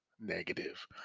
negative